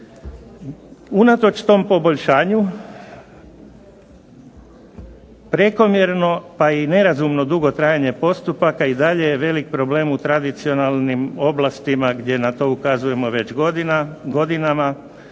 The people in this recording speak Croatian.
Unatoč tom poboljšanju prekomjerno, pa i nerazumno dugo trajanje postupaka i dalje je velik problem u tradicionalnim oblastima gdje na to ukazujemo već godinama.